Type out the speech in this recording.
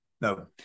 No